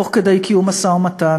תוך כדי קיום משא-ומתן,